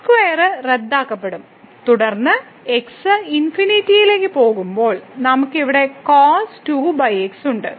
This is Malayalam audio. x2 റദ്ദാക്കപ്പെടും തുടർന്ന് x ∞ ലേക്ക് പോകുമ്പോൾ നമുക്ക് ഇവിടെ ഉണ്ട്